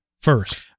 first